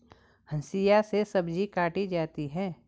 हंसिआ से सब्जी काटी जाती है